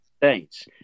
States